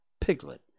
Piglet